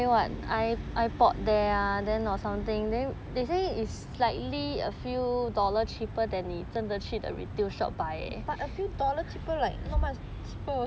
but a few dollars cheaper like not much cheaper also